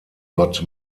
gott